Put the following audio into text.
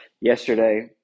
yesterday